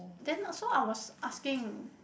then also I was asking